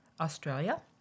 Australia